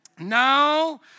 Now